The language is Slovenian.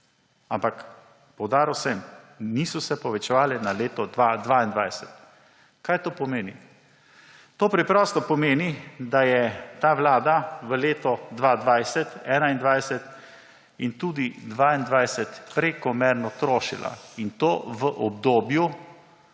Ampak poudaril sem, niso se povečevale na leto 2022. Kaj to pomeni? To preprosto pomeni, da je ta vlada v letu 2020, 2021 in tudi 2022 prekomerno trošila; in to v obdobju